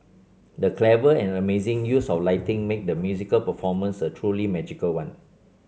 the clever and amazing use of lighting made the musical performance a truly magical one